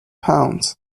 pounds